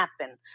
happen